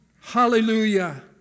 hallelujah